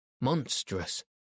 monstrous